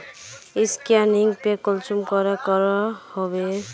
Scanning पे कुंसम करे करो होबे?